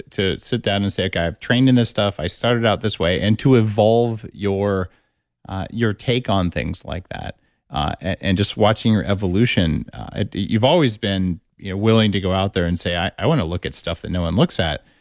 to sit down and say, okay. i have trained in this stuff i started out this way, and to evolve your your take on things like that and just watching your evolution you've always been willing to go out there and say, i i want to look at stuff that no one looks at.